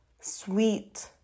sweet